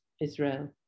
Israel